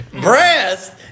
Breast